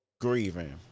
grieving